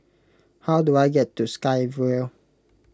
how do I get to Sky Vue